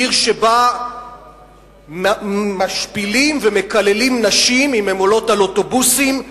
עיר שבה משפילים ומקללים נשים אם הן עולות לאוטובוסים מסוימים,